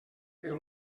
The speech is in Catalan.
però